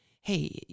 Hey